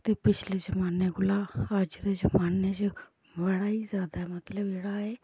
ते पिछले जमान्ने कोला अज्ज दे जमान्ने च बड़ा ही ज्यादा मतलब जेह्ड़ा ऐ